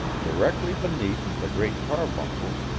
directly beneath the great carbuncle,